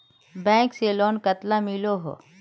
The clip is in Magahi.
बैंक से लोन कतला मिलोहो?